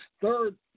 third